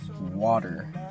Water